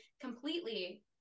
completely